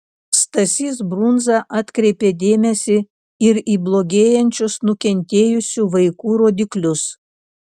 stasys brunza atkreipė dėmesį ir į blogėjančius nukentėjusių vaikų rodiklius